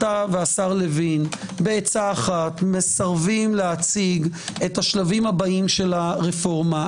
אתה והשר לוין בעצה אחת מסרבים להציג את השלבים הבאים של הרפורמה.